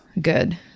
good